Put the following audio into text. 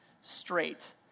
straight